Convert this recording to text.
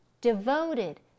devoted